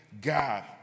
God